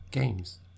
games